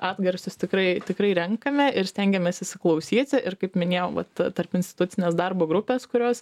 atgarsius tikrai tikrai renkame ir stengiamės įsiklausyti ir kaip minėjau vat tarpinstitucinės darbo grupės kurios